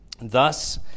Thus